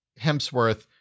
Hemsworth